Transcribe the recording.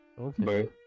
Okay